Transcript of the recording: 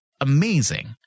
amazing